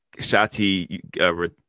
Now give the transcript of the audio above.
Shati